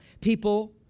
people